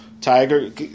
Tiger